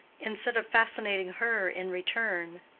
instead of fascinating her in return,